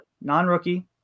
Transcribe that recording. non-rookie